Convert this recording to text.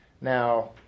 now